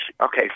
Okay